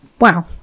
wow